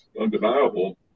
undeniable